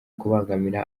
kubangamira